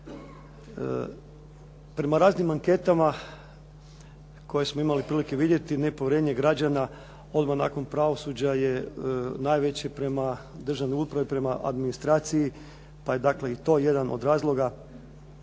Prema raznim anketama koje smo imali prilike vidjeti, nepovjerenje građana odmah nakon pravosuđa je najveće prema državnoj upravi, prema administraciji pa je dakle i to jedan od razloga